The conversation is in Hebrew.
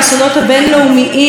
במזרח התיכון,